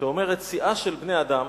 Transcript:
שאומרת: סיעה של בני-אדם